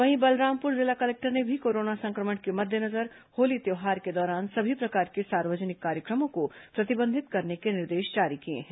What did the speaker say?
वहीं बलरामपुर जिला कलेक्टर ने भी कोरोना संक्रमण के मद्देनजर होली त्योहार के दौरान सभी प्रकार के सार्वजनिक कार्यक्रमों को प्रतिबंधित करने के निर्देश जारी किए हैं